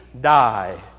die